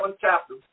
chapter